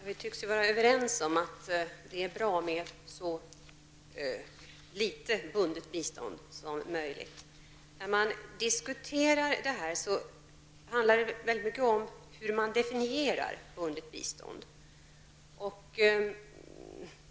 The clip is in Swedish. Fru talman! Vi tycks vara överens om att det är bra med så litet bundet bistånd som möjligt. När man diskuterar det här handlar det mycket om hur man definierar bundet bistånd.